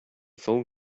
phone